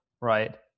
right